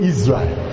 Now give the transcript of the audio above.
Israel